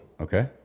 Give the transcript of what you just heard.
Okay